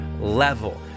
level